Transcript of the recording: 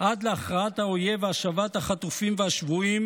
עד להכרעת האויב והשבת החטופים והשבויים,